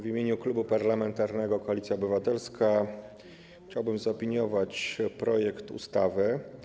W imieniu Klubu Parlamentarnego Koalicja Obywatelska chciałbym zaopiniować projekt ustawy.